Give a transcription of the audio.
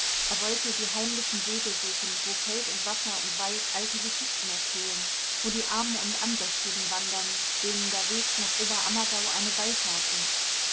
er wollte die heimlichen wege suchen wo feld und wasser und wald alte geschichten erzählen wo die armen und andächtigen wandern denen der weg nach oberammergau eine wallfahrt ist